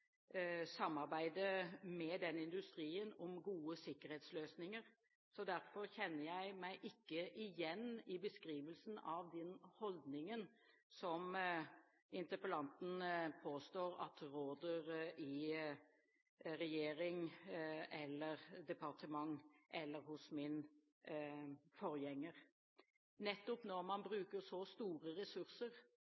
samarbeidet med den industrien om gode sikkerhetsløsninger, så derfor kjenner jeg meg ikke igjen i beskrivelsen av den holdningen som interpellanten påstår at råder i regjering eller departement – eller hos min forgjenger. Nettopp når man